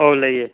ꯑꯣ ꯂꯩꯌꯦ